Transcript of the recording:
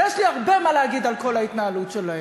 ויש לי הרבה מה להגיד על כל ההתנהלות שלהם.